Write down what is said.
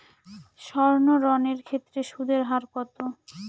সর্ণ ঋণ এর ক্ষেত্রে সুদ এর হার কত?